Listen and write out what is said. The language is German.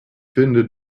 finde